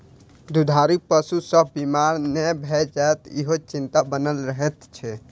दूधारू पशु सभ बीमार नै भ जाय, ईहो चिंता बनल रहैत छै